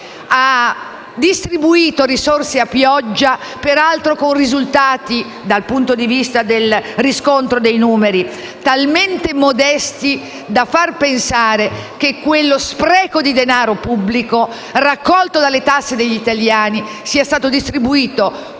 ha distribuito risorse a pioggia, peraltro con risultati, dal punto di vista del riscontro dei numeri, talmente modesti da far pensare che quello spreco di denaro pubblico, raccolto dalle tasse degli italiani, sia stato distribuito